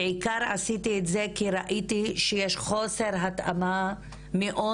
עשיתי את זה בעיקר כי ראיתי שיש חוסר התאמה מאוד